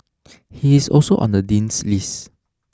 he is also on the Dean's list